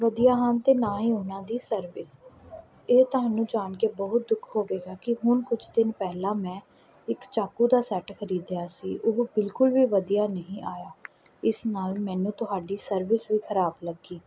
ਵਧੀਆ ਹਨ ਅਤੇ ਨਾ ਹੀ ਉਹਨਾਂ ਦੀ ਸਰਵਿਸ ਇਹ ਤੁਹਾਨੂੰ ਜਾਣ ਕੇ ਬਹੁਤ ਦੁੱਖ ਹੋਵੇਗਾ ਕਿ ਹੁਣ ਕੁਛ ਦਿਨ ਪਹਿਲਾਂ ਮੈਂ ਇੱਕ ਚਾਕੂ ਦਾ ਸੈੱਟ ਖਰੀਦਿਆ ਸੀ ਉਹ ਬਿਲਕੁਲ ਵੀ ਵਧੀਆ ਨਹੀਂ ਆਇਆ ਇਸ ਨਾਲ ਮੈਨੂੰ ਤੁਹਾਡੀ ਸਰਵਿਸ ਵੀ ਖਰਾਬ ਲੱਗੀ